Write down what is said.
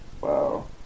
wow